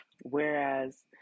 Whereas